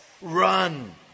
run